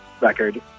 record